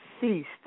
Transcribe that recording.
ceased